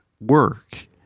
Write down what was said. work